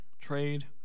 trade